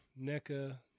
NECA